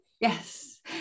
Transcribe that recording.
Yes